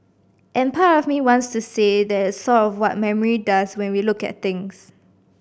and part of me wants to say that it's sort of what memory does when we look at things